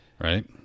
right